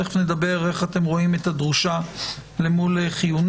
תכף נדון בשאלה איך אתם רואים את המילה דרושה למול חיונית,